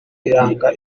iranga